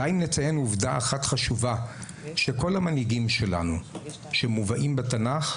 די אם נציין עובדה אחת חשובה שכל המנהיגים שלנו שמובאים בתנ"ך,